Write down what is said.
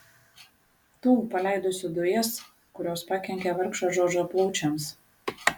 tų paleidusių dujas kurios pakenkė vargšo džordžo plaučiams